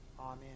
Amen